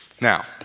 Now